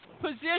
position